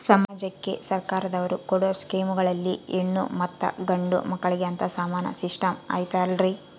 ಸಮಾಜಕ್ಕೆ ಸರ್ಕಾರದವರು ಕೊಡೊ ಸ್ಕೇಮುಗಳಲ್ಲಿ ಹೆಣ್ಣು ಮತ್ತಾ ಗಂಡು ಮಕ್ಕಳಿಗೆ ಅಂತಾ ಸಮಾನ ಸಿಸ್ಟಮ್ ಐತಲ್ರಿ?